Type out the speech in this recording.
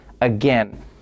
again